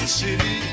city